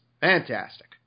Fantastic